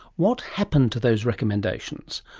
what happened to those recommendations?